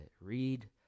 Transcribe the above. read